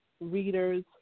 readers